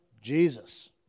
Jesus